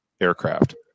aircraft